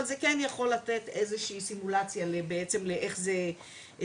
אבל זה כן יכול לתת איזה שהיא סימולציה לאיך זה נראה.